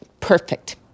Perfect